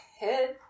head